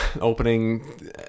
opening